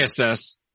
ISS